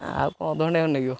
ଆଉ ଅଧଘଣ୍ଟା ଖଣ୍ଡେ ଲାଗିବ